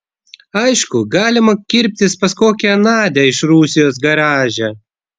aišku galima kirptis pas kokią nadią iš rusijos garaže